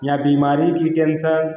या बीमारी की टेन्सन